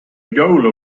goal